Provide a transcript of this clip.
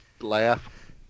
laugh